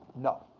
no.